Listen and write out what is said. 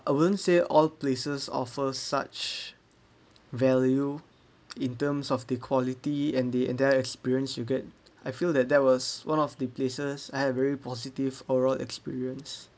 I won't say all places offer such value in terms of the quality and they and their experience you get I feel that there was one of the places I have very positive overall experience